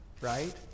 Right